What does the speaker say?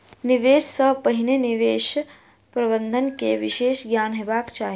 निवेश सॅ पहिने निवेश प्रबंधन के विशेष ज्ञान हेबाक चाही